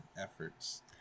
efforts